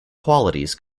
qualities